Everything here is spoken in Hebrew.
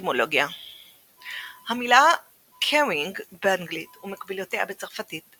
אטימולוגיה המילה careening באנגלית ומקבילותיה בצרפתית,